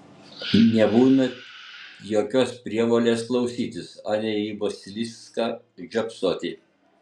nebūna jokios prievolės klausytis anei į basiliską žiopsoti